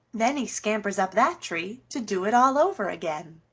then he scampers up that tree to do it all over again.